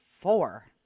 four